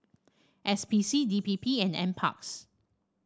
S P C D P P and NParks